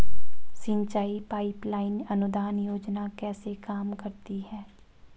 सिंचाई pipeline अनुदान योजना कैसे काम करती है?